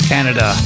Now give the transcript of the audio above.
Canada